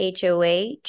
Hoh